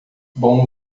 bom